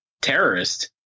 terrorist